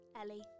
ellie